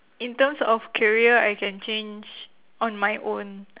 in terms of career I can change on my own